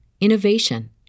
innovation